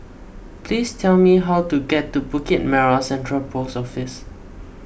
please tell me how to get to Bukit Merah Central Post Office